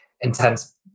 intense